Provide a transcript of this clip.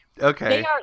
okay